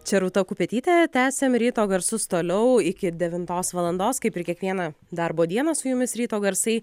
čia rūta kupetytė tęsiam ryto garsus toliau iki devintos valandos kaip ir kiekvieną darbo dieną su jumis ryto garsai